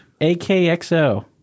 AKXO